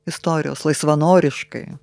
istorijos laisvanoriškai